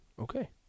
Okay